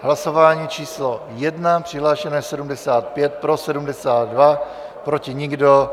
Hlasování číslo 1, přihlášeno je 75, pro 72, proti nikdo.